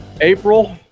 April